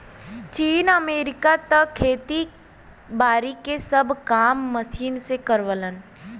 चीन, अमेरिका त खेती बारी के सब काम मशीन के करलन